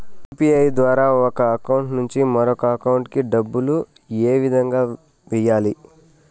UPI ద్వారా ఒక account నుంచి మరొక అకౌంట్ కి డబ్బులు ఏ విధంగా వెయ్యాలి